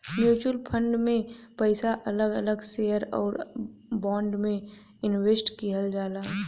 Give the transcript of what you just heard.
mutual fund में पइसा अलग अलग शेयर आउर बांड में इनवेस्ट किहल जाला